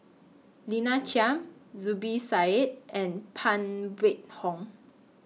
Lina Chiam Zubir Said and Phan Wait Hong